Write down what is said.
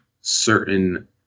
certain